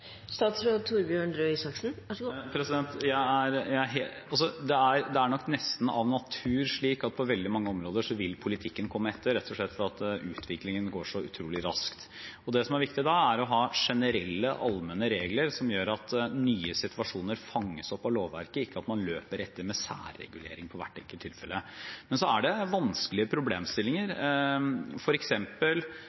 er nok nesten av natur slik at på veldig mange områder vil politikken komme etter. Det er rett og slett fordi utviklingen går så utrolig raskt. Det som er viktig da, er å ha generelle allmenne regler som gjør at nye situasjoner fanges opp av lovverket, ikke at man løper etter med særregulering i hvert enkelt tilfelle. Men så er det vanskelige problemstillinger,